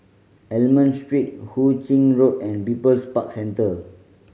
Almond Street Hu Ching Road and People's Park Centre